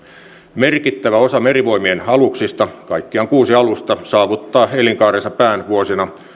merkittävä osa merivoimien aluksista kaikkiaan kuusi alusta saavuttaa elinkaarensa pään vuosina